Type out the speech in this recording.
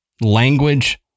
language